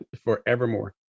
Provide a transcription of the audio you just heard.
forevermore